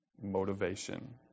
motivation